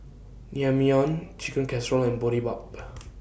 Naengmyeon Chicken Casserole and Boribap